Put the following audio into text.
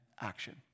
action